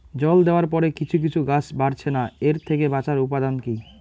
জল দেওয়ার পরে কিছু কিছু গাছ বাড়ছে না এর থেকে বাঁচার উপাদান কী?